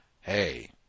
hey